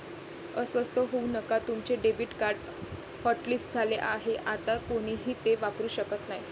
अस्वस्थ होऊ नका तुमचे डेबिट कार्ड हॉटलिस्ट झाले आहे आता कोणीही ते वापरू शकत नाही